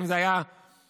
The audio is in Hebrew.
אם זה היה ב-1993,